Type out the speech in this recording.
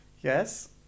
Yes